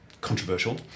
controversial